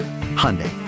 Hyundai